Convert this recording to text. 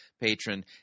patron